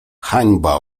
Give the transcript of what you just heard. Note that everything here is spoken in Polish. hańba